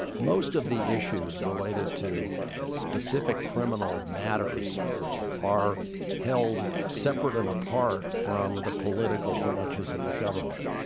most of the issues related to specific criminal matters are held separate and apart from the political branches of the government.